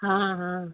हाँ हाँ